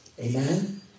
Amen